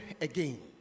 again